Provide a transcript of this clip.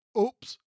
oops